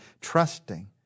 trusting